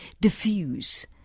diffuse